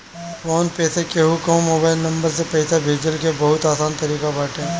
phone पे से केहू कअ मोबाइल नंबर से पईसा भेजला के बहुते आसान तरीका बाटे